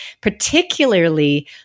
particularly